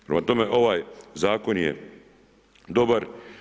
Prema tome, ovaj Zakon je dobar.